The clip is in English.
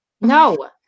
No